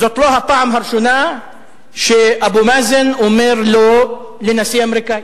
זאת לא הפעם הראשונה שאבו מאזן אומר "לא" לנשיא אמריקני.